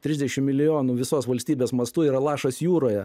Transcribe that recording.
trisdešim milijonų visos valstybės mastu yra lašas jūroje